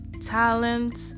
talent